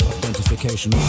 identification